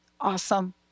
awesome